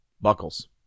Buckles